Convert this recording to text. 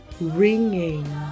ringing